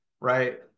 right